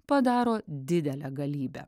padaro didelę galybę